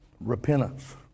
repentance